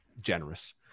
generous